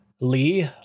lee